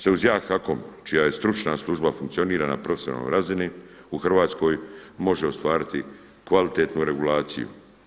Jedino se uz jak HAKOM čija je stručna služba funkcionira na profesionalnoj razini u Hrvatskoj može ostvariti kvalitetnu regulaciju.